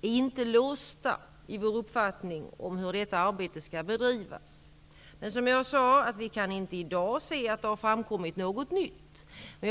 inte låsta i vår uppfattning om hur detta arbete skall bedrivas. Vi kan, som jag sade, emellertid inte i dag se att något nytt har framkommit.